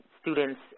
students